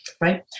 right